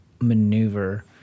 maneuver